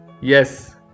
Yes